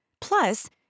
Plus